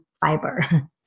fiber